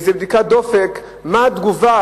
איזה בדיקת דופק, מה התגובה